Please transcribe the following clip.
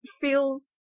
feels